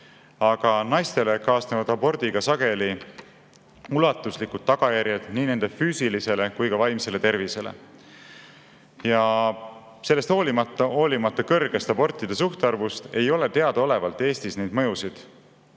aga naistele kaasnevad abordiga sageli ulatuslikud tagajärjed nii nende füüsilisele kui ka vaimsele tervisele. Ja sellest hoolimata, hoolimata suurest abortide suhtarvust, ei ole teadaolevalt Eestis neid mõjusid